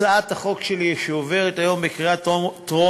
הצעת החוק שלי, שעוברת היום בקריאה טרומית,